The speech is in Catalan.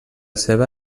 seva